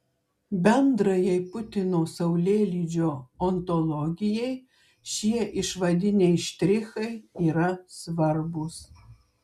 bendrajai putino saulėlydžio ontologijai šie išvadiniai štrichai yra svarbūs